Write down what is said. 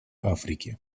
африки